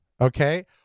okay